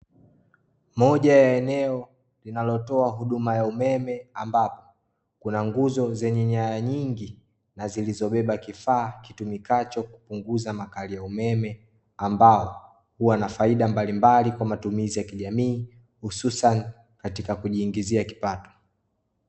Moja ya eneo linalotowa huduma ya umeme ambapo kuna nguzo zenye nyaya nyingi na zilizobeba kifaa kitumikacho kupunguza makali ya umeme ambao huwa na faida mbalimbali kwa matumizi ya kijamii hususani katika kujiingizia kipato.